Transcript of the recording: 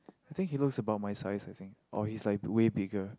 I think he looks about my size I think or he's like way bigger